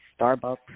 Starbucks